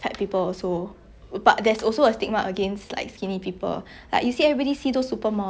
oh 这样瘦 confirm it's like !aiya! under or malnourished or like